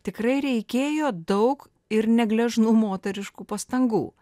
tikrai reikėjo daug ir ne gležnų moteriškų pastangų